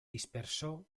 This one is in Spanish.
dispersó